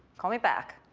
call me back.